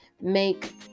make